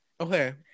Okay